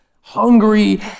hungry